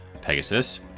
Pegasus